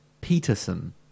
Peterson